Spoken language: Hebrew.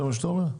זה מה שאתה אומר?